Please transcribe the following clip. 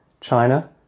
China